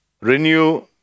renew